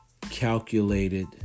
Calculated